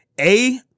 A-